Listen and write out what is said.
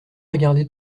regardé